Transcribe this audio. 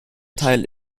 teil